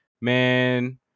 man